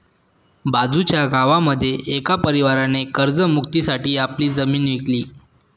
बाजूच्या गावामध्ये एका परिवाराने कर्ज मुक्ती साठी आपली जमीन विकली